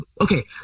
Okay